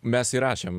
mes įrašėm